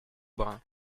brun